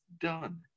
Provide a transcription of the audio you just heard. done